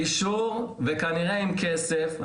אישור וכנראה עם כסף.